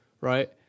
right